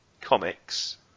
comics